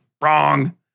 Wrong